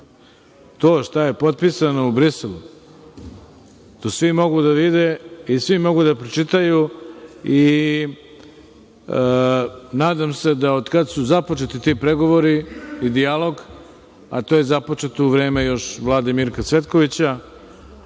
To šta je potpisano u Briselu, to svi mogu da vide i svi mogu da pročitaju i nadam se da od kada su započeti ti pregovori i dijalog, a to je započeto još u vreme vlade Mirka Cvetković,